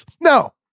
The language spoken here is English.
No